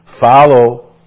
Follow